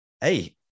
hey